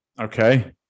Okay